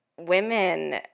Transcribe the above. women